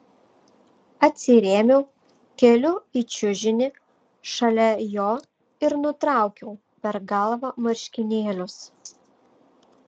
atsirėmiau keliu į čiužinį šalia jo ir nutraukiau per galvą marškinėlius